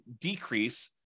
decrease